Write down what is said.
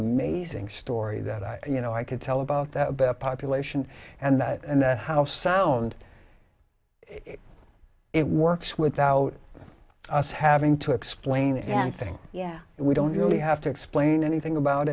amazing story that i you know i could tell about that population and that and how sound it works without us having to explain anything yeah we don't really have to explain anything about